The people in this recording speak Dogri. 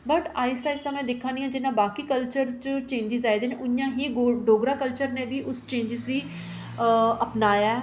बट आहिस्ता आहिस्ता में दिक्खै नी आं कि जियां बाकी कल्चर च चेंजज आए दे न उयां गै डोगरा कल्चर न बी उस चेंजज गी अपनाया ऐ